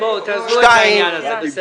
תעזבו את העניין הזה.